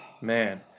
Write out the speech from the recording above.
man